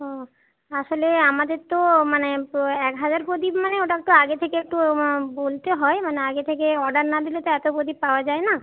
ও আসলে আমাদের তো মানে এক হাজার প্রদীপ মানে ওটা একটু আগে থেকে একটু বলতে হয় মানে আগে থেকে অর্ডার না দিলে তো এত পোদীপ পাওয়া যায় না